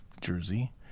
jersey